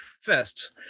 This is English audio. first